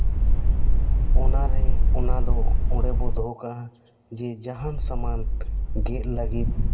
ᱚᱱᱟ ᱨᱮ ᱚᱱᱟ ᱫᱚ ᱚᱸᱰᱮ ᱵᱚ ᱫᱚᱦᱚ ᱠᱟᱜᱼᱟ ᱡᱮ ᱡᱟᱦᱟᱱ ᱥᱟᱢᱟᱱ ᱜᱮᱫ ᱞᱟᱹᱜᱤᱫ